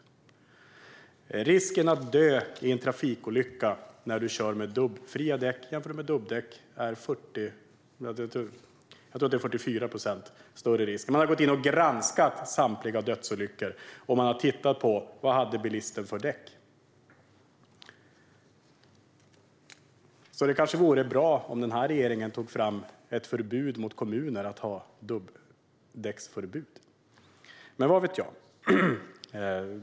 Det är 44 procent större risk att dö i en trafikolycka när du kör med dubbfria däck jämfört med dubbdäck. Man har granskat samtliga dödsolyckor, och man har tittat på vilka däck bilisten hade. Det vore bra om regeringen tog fram ett förbud mot kommuner att införa dubbdäcksförbud. Men vad vet jag?